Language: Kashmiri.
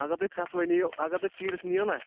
اَگر تُہۍ فرٛس وٲرۍ نِیِو اَگر تُہۍ چیٖرِتھ نِیِو نا